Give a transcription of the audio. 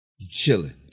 chilling